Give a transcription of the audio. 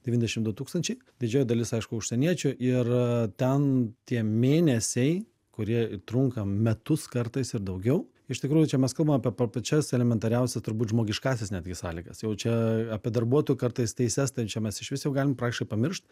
devyniasdešimt du tūkstančiai didžioji dalis aišku užsieniečių ir ten tie mėnesiai kurie trunka metus kartais ir daugiau iš tikrųjų čia mes kalbam apie pa pačias elementariausias turbūt žmogiškąsias netgi sąlygas jau čia apie darbuotojų kartais teises tai čia mes išvis jau galim praktiškai pamiršt